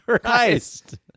Christ